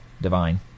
divine